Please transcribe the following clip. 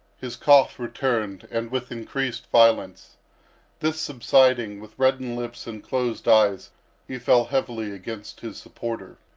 his cough returned and with increased violence this subsiding with reddened lips and closed eyes he fell heavily against his supporter.